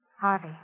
Harvey